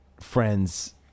friends